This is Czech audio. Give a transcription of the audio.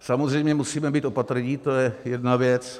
Samozřejmě musíme být opatrní, to je jedna věc.